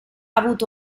avuto